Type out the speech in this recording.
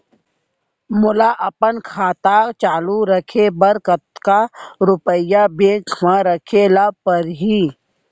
मोला अपन खाता चालू रखे बर कतका रुपिया बैंक म रखे ला परही?